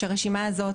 אז שהרשימה הזאת,